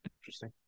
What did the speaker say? Interesting